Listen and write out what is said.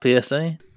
PSA